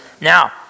Now